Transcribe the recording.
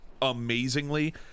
amazingly